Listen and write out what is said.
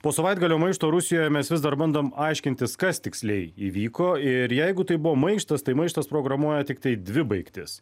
po savaitgalio maišto rusijoj mes vis dar bandom aiškintis kas tiksliai įvyko ir jeigu tai buvo maištas tai maištas programuoja tiktai dvi baigtis